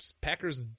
Packers